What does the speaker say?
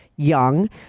Young